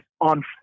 on